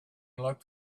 looked